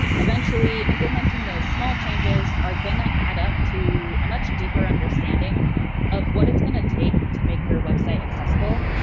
eventually, implementing those small changes are going to add up to a much deeper understanding of what it's going to take to make your website accessible,